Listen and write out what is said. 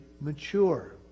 mature